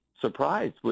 surprised